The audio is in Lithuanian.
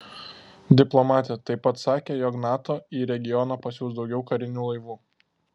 diplomatė taip pat sakė jog nato į regioną pasiųs daugiau karinių laivų